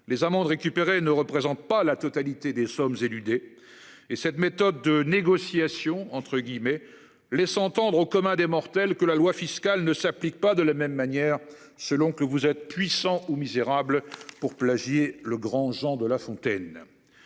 les amendes récupérer ne représente pas la totalité des sommes éludées. Et cette méthode de négociations entre guillemets laisse entendre au commun des mortels que la loi fiscale ne s'applique pas de la même manière selon que vous êtes puissant ou misérable. Pour plagier le grand Jean de La Fontaine.